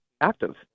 active